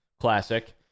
Classic